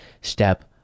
step